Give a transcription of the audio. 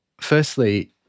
firstly